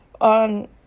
On